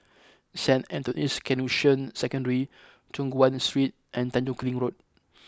Saint Anthony's Canossian Secondary Choon Guan Street and Tanjong Kling Road